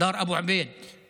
ממשפחת אבו עביד,